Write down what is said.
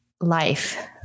Life